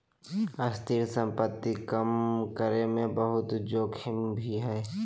स्थिर संपत्ति काम करे मे बहुते जोखिम भी हय